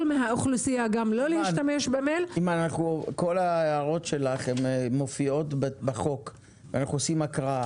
מהאוכלוסייה -- כל ההערות שלך מופיעות בחוק ואנחנו נקריא אותו.